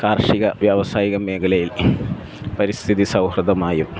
കാർഷിക വ്യാവസായിക മേഖലയിൽ പരിസ്ഥിതി സൗഹൃദമായും